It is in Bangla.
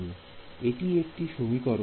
Student হ্যাঁ এটি একটি সমীকরণ